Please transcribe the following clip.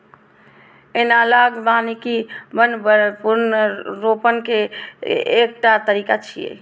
analogue वानिकी वन पुनर्रोपण के एकटा तरीका छियै